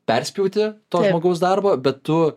perspjauti to žmogaus darbo bet tu